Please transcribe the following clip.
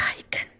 yike.